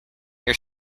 your